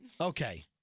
Okay